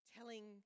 Telling